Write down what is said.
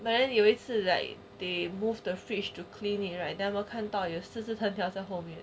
but then 有一次 like they moved the fridge to clean it right then 我看到有四只藤条在后面